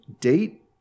date